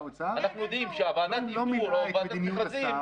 אנחנו יודעים שוועדת איתור או ועדת מכרזים,